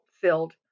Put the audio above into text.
filled